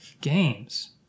games